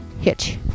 hitch